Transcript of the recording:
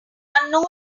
unknown